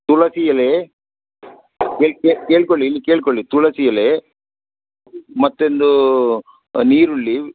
ತುಳಸಿ ಎಲೆ ಕೇಳಿಕೊಳ್ಳಿ ಇಲ್ಲಿ ಕೇಳಿಕೊಳ್ಳಿ ತುಳಸಿ ಎಲೆ ಮತ್ತೊಂದು ನೀರುಳ್ಳಿ